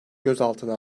gözaltına